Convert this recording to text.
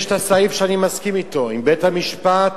יש הסעיף שאני מסכים אתו, אם בית-המשפט